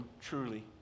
truly